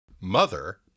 Mother